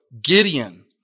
Gideon